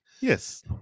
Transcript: Yes